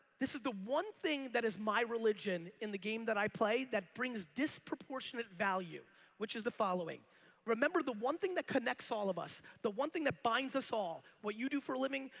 this is the one thing that is my religion in the game that i play that brings disproportionate value which is the following remember the one thing that connects all of us, the one thing that binds us all what you do for living,